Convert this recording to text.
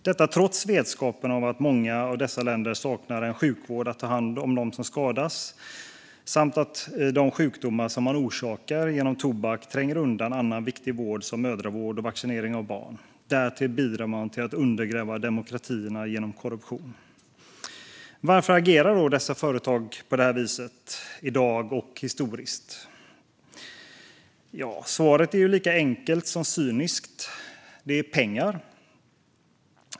Detta sker trots vetskapen om att många av dessa länder saknar en sjukvård för att ta hand om dem som skadas och att de sjukdomar som man orsakar med tobak tränger undan annan viktig vård som mödravård och vaccinering av barn. Därtill bidrar man till att undergräva demokratierna genom korruption. Varför agerar då dessa företag på detta vis både i dag och historiskt? Svaret är lika enkelt som cyniskt: Det handlar om pengar.